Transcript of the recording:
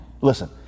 Listen